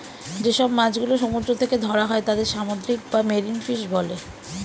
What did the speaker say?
যে সব মাছ গুলো সমুদ্র থেকে ধরা হয় তাদের সামুদ্রিক বা মেরিন ফিশ বলে